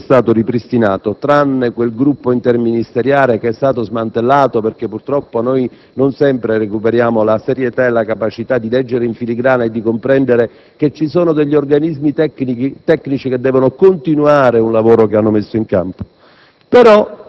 tutto fosse stato ripristinato, tranne quel gruppo interministeriale che è stato smantellato perché purtroppo non sempre noi recuperiamo la serietà e la capacità di leggere in filigrana e di comprendere che ci sono organismi tecnici che devono continuare un lavoro che hanno messo in campo.